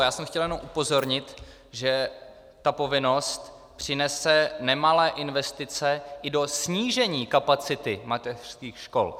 Já jsem chtěl jenom upozornit, že ta povinnost přinese nemalé investice i do snížení kapacity mateřských škol.